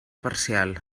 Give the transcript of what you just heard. parcial